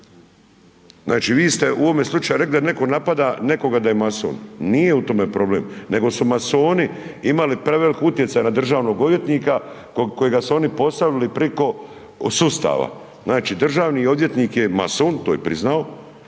Znači vi ste u ovome slučaju rekli da neko napada nekoga da je mason. Nije u tome problem, nego su masoni imali preveliki utjecaj na državnog odvjetnika kojega su oni postavili preko sustava. Znači državni odvjetnik je mason, to je priznao